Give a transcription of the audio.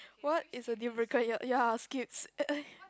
what is a deal breaker ya ya skips